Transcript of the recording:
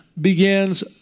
begins